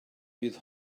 bydd